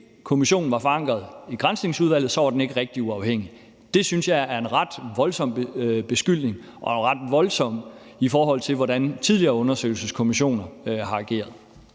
kommissionen var forankret i Granskningsudvalget, var den ikke rigtig uafhængig. Det synes jeg er en ret voldsom beskyldning, i forhold til hvordan tidligere undersøgelseskommissioner har ageret.